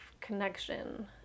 connection